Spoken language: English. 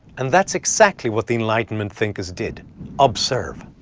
and that's exactly what the enlightenment thinkers did observe.